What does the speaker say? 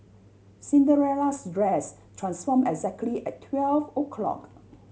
Cinderella's dress transform exactly at twelve o' clock